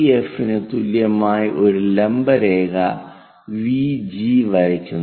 F ന് തുല്യമായ ഒരു ലംബ രേഖ VG വരയ്ക്കുന്നു